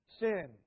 sin